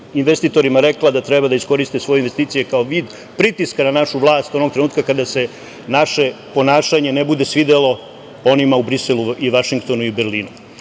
investitorima rekla da treba da iskoriste svoje investicije kao vid pritiska na našu vlast onog trenutka kada se naše ponašanje ne bude svidelo onima u Briselu i Vašingtonu i Berlinu. Znači,